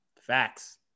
Facts